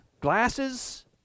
glasses